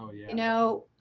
ah yeah know,